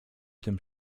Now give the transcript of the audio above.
tym